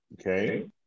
Okay